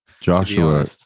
Joshua